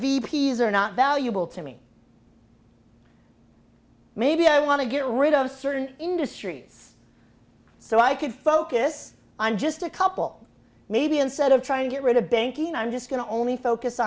is are not valuable to me maybe i want to get rid of certain industries so i could focus on just a couple maybe instead of trying to get rid of banking and i'm just going to only focus